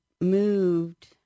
moved